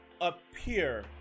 appear